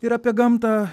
ir apie gamtą